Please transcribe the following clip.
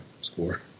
score